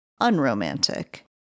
unromantic